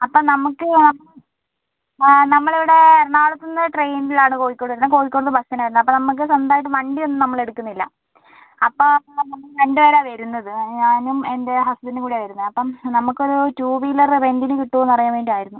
അപ്പോൾ നമുക്ക് നമ്മളിവിടെ എറണാകുളത്തുനിന്ന് ട്രെയിനിലാണ് കോഴിക്കോട് വരുന്നത് കോഴിക്കോടുനിന്ന് ബസ്സിനാണ് വരുന്നത് അപ്പോൾ നമുക്ക് സ്വന്തമായിട്ട് വണ്ടിയൊന്നും നമ്മൾ എടുക്കുന്നില്ല അപ്പോൾ നമ്മൾ രണ്ട് പേരാണ് വരുന്നത് ഞാനും എൻ്റെ ഹസ്ബൻഡും കൂടെ വരുന്നത് അപ്പം നമുക്കൊരു ടൂ വീലർ റെൻറ്റിന് കിട്ടുമോ എന്ന് അറിയാൻ വേണ്ടിയായിരുന്നു